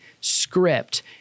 script